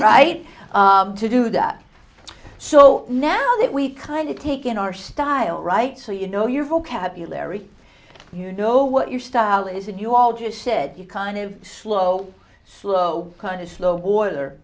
right to do that so now that we kind of taken our style right so you know your vocabulary you know what your style is and you all just said you kind of slow slow kind of slow